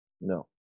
No